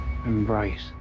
Embrace